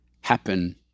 happen